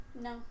no